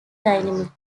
dynamite